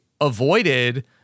avoided